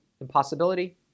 impossibility